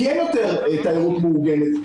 כי אין יותר תיירות מאורגנת,